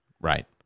Right